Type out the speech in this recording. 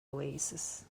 oasis